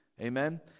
Amen